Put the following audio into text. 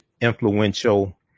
influential